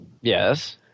Yes